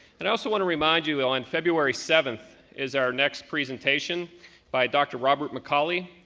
and i also want to remind you all in february seventh is our next presentation by dr. robert mccolley,